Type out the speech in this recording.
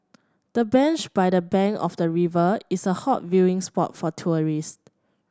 the bench by the bank of the river is a hot viewing spot for tourists